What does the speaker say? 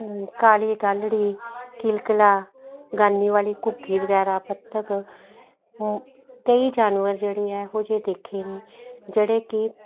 ਕਾਲੀ ਗਾਲੜੀ ਕਿਲਕਲਾ ਗਾਨੀ ਵਾਲੀ ਘੁੱਗੀ ਵਗੈਰਾ ਬੱਤਖ ਕਈ ਜਾਨਵਰ ਜਿਹੜੇ ਆ ਇਹੋ ਜਿਹੇ ਦੇਖੇ ਨੇ ਜਿਹੜੇ ਕਿ